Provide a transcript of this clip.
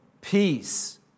peace